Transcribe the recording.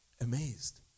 amazed